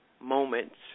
moments